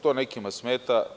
To nekima smeta.